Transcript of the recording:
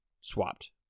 swapped